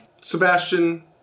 Sebastian